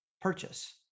Purchase